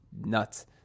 nuts